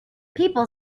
people